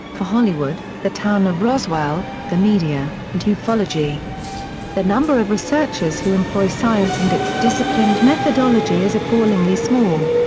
for hollywood, the town of roswell, the media, and yeah ufology the number of researchers who employ science and its disciplined methodology is appallingly small.